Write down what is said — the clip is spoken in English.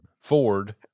Ford